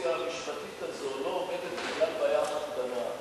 הקונסטרוקציה המשפטית הזאת לא עובדת בגלל בעיה אחת קטנה,